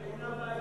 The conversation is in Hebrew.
זה יפגע,